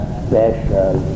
special